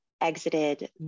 exited